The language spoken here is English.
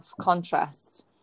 contrast